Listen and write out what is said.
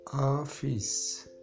Office